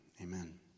Amen